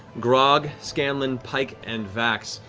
grog, scanlan, pike, and vax,